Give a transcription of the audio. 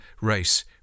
race